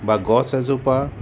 বা গছ এজোপা